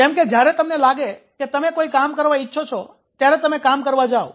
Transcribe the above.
જેમ કે જ્યારે તમને લાગે કે તમે કોઈ કામ કરવા ઇચ્છો છો ત્યારે તમે કામ કરવા જાઓ